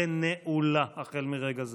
ונעולה החל מרגע זה.